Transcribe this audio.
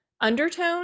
undertone